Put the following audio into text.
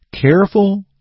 careful